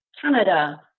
Canada